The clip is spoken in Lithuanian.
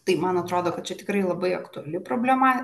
tai man atrodo kad čia tikrai labai aktuali problema